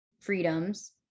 freedoms